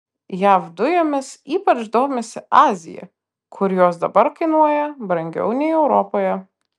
jav dujomis ypač domisi azija kur jos dabar kainuoja brangiau nei europoje